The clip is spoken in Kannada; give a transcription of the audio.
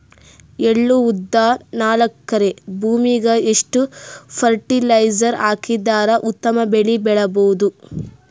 ಎಳ್ಳು, ಉದ್ದ ನಾಲ್ಕಎಕರೆ ಭೂಮಿಗ ಎಷ್ಟ ಫರಟಿಲೈಜರ ಹಾಕಿದರ ಉತ್ತಮ ಬೆಳಿ ಬಹುದು?